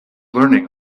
learning